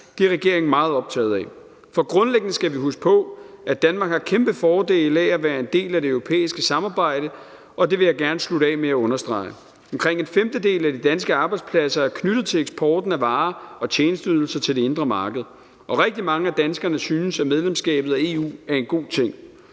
det er regeringen meget optaget af. For grundlæggende skal vi huske på, at Danmark har kæmpe fordele af at være en del af det europæiske samarbejde, og det vil jeg gerne slutte af med at understrege. Omkring en femtedel af de danske arbejdspladser er knyttet til eksporten af varer og tjenesteydelser til det indre marked, og rigtig mange af danskerne synes, at medlemskabet af EU er en god ting.